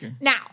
Now